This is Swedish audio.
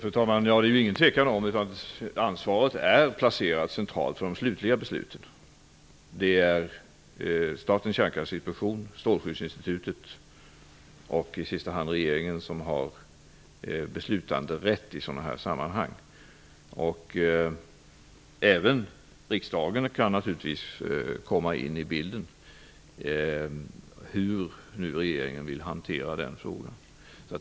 Fru talman! Det råder inget tvivel om att ansvaret för de slutliga besluten är placerat centralt. Det är Statens kärnkraftsinspektion, Strålskyddsinstitutet och i sista hand regeringen som har beslutanderätt i sådana sammanhang. Även riksdagen kan naturligtvis komma in i bilden i fråga om hur regeringen skall hantera frågan.